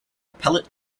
appellate